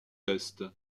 est